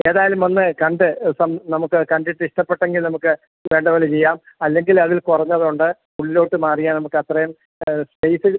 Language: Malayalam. ഏതായാലും വന്ന് കണ്ട് നമുക്ക് കണ്ടിട്ടിഷ്ടപ്പെട്ടെങ്കിൽ നമുക്ക് വേണ്ട പോലെ ചെയ്യാം അല്ലെങ്കിലതിൽ കുറഞ്ഞതുണ്ട് ഉള്ളിലോട്ട് മാറിയാൽ നമുക്കത്രയും സ്പേസ്